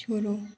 छोड़ो